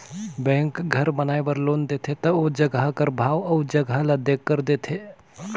bank घर बनाए बर लोन देथे ता ओ जगहा कर भाव अउ जगहा ल देखकर देथे